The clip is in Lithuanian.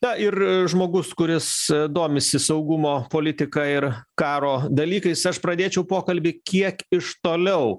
na ir žmogus kuris domisi saugumo politika ir karo dalykais aš pradėčiau pokalbį kiek iš toliau